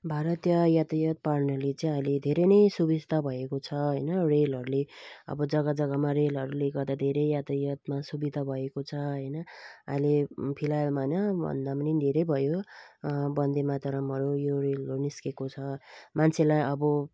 भारतीय यातायात प्रणाली चाहिँ अहिले धेरै नै सुबिस्ता भएको छ होइन रेलहरूले अब जगा जगामा रेलहरूले गर्दा धेरै यातायातमा सुविधा भएको छ होइन अहिले फिलहालमा होइन भन्दा पनि धेरै भयो वन्दे मातरमहरू यो रेलहरू निस्केको छ मान्छेलाई अब